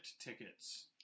tickets